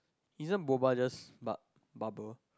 isn't mobile just bu~ bubble